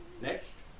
Next